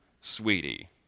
sweetie